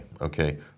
okay